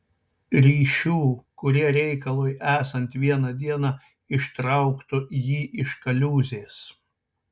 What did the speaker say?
ryšių kurie reikalui esant vieną dieną ištrauktų jį iš kaliūzės